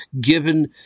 Given